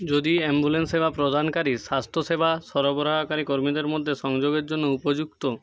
যদি অ্যাম্বুলেন্স সেবা প্রদানকারী স্বাস্থ্যসেবা সরবরাহকারী কর্মীদের মধ্যে সংযোগের জন্য উপযুক্ত